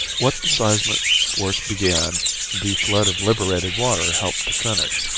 what the seismic force began the flood of liberated water helped to finish,